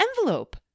envelope